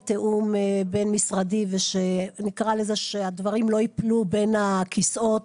תיאום בין-משרדי ושהדברים לא יפלו בין הכיסאות,